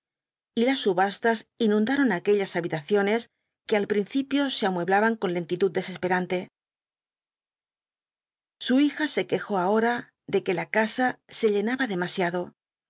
las subastas inundaron aquellas habitaciones que al principio se amueblaban con lentitud desesperante su hija se quejó ahora de que la casa se llenaba demasiado